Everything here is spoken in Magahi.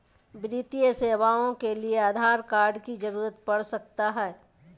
वित्तीय सेवाओं के लिए आधार कार्ड की जरूरत पड़ सकता है?